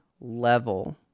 level